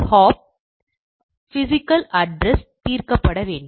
hop physical அட்ரஸ்க்கு தீர்க்கப்பட வேண்டும்